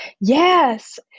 Yes